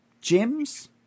gems